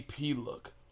look